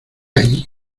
ahí